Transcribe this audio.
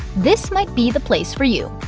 this might be the place for you.